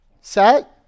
Set